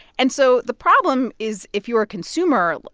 and so the problem is if you're a consumer, like,